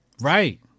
Right